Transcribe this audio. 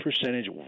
percentage